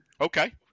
Okay